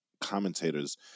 commentators